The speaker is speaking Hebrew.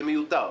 זה מיותר.